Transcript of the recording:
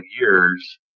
years